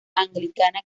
anglicana